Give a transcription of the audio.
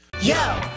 yo